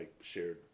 shared